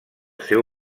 seu